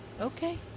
Okay